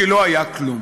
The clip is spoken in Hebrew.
כי לא היה כלום